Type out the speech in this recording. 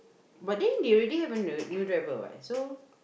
but then they already have a new new driver what so